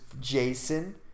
Jason